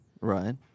right